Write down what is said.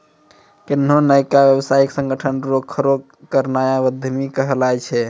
कोन्हो नयका व्यवसायिक संगठन रो खड़ो करनाय उद्यमिता कहलाय छै